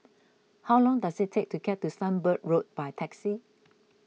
how long does it take to get to Sunbird Road by taxi